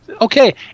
Okay